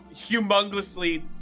humongously